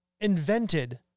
invented